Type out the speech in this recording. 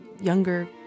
younger